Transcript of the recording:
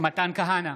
מתן כהנא,